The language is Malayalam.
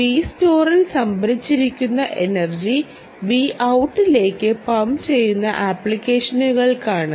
Vstore ൽ സംഭരിച്ചിരിക്കുന്ന എനർജി Vout ലേക്ക് പമ്പ് ചെയ്യുന്ന അപ്ലിക്കേഷനുകൾക്കാണ്